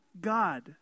God